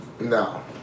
No